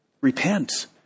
repent